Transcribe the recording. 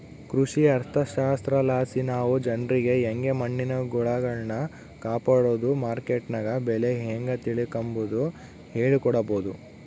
ಕೃಷಿ ಅರ್ಥಶಾಸ್ತ್ರಲಾಸಿ ನಾವು ಜನ್ರಿಗೆ ಯಂಗೆ ಮಣ್ಣಿನ ಗುಣಗಳ್ನ ಕಾಪಡೋದು, ಮಾರ್ಕೆಟ್ನಗ ಬೆಲೆ ಹೇಂಗ ತಿಳಿಕಂಬದು ಹೇಳಿಕೊಡಬೊದು